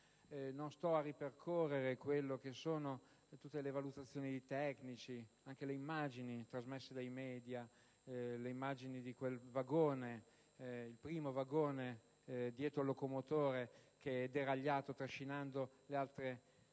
Non sto a ripercorrere tutte le valutazioni dei tecnici e le immagini trasmesse dai *media* di quel primo vagone dietro il locomotore che è deragliato, trascinando le altre